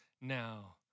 now